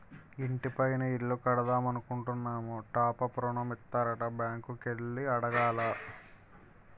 ఇంటి పైన ఇల్లు కడదామనుకుంటున్నాము టాప్ అప్ ఋణం ఇత్తారట బ్యాంకు కి ఎల్లి అడగాల